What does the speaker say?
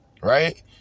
Right